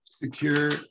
Secure